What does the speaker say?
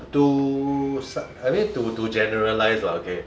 to I mean to to generalize lah okay